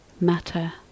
matter